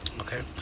okay